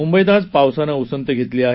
मुंबईत आज पावसानं उसंत घेतली आहे